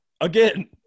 Again